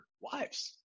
wives